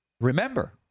Remember